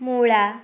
ମୂଳା